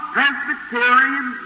Presbyterian